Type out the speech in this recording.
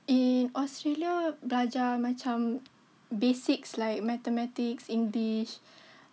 oh in Australia belajar macam basics like Mathematics English